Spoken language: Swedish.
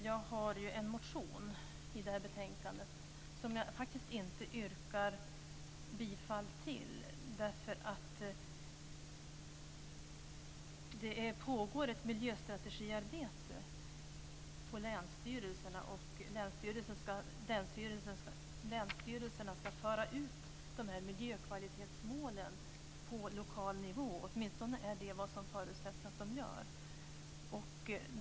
Jag har en motion i det här betänkandet som jag faktiskt inte yrkar bifall till därför att det pågår ett miljöstrategiarbete på länsstyrelserna. De ska föra ut de här miljökvalitetsmålen på lokal nivå. Åtminstone är det vad som förutsätts att de gör.